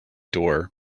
door